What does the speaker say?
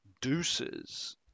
Deuces